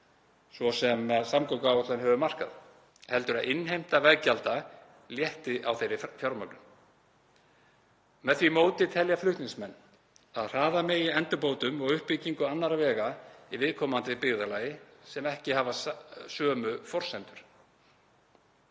svo sem samgönguáætlun hefur markað, heldur að innheimta veggjalda létti á þeirri fjármögnun. Með því móti telja flutningsmenn að hraða megi endurbótum og uppbyggingu annarra vega í viðkomandi byggðarlagi sem ekki hafa sömu forsendur.